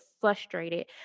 frustrated